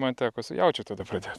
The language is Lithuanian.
man teko su jaučiu tada pradėt